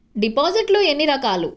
డిపాజిట్లు ఎన్ని రకాలు?